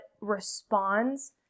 responds